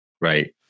right